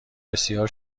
بسیار